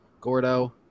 Gordo